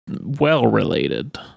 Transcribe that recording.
well-related